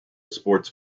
sports